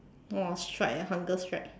!wah! strike ah hunger strike